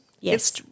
Yes